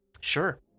sure